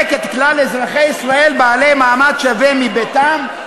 את כלל אזרחי ישראל בעלי מעמד שווה מביתם?